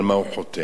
על מה הוא חותם.